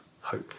hope